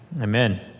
Amen